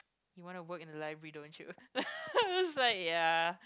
you want to work in the library don't you I was like ya